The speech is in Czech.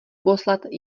poslat